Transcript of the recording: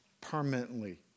permanently